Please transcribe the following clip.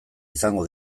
izango